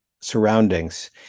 surroundings